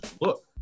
look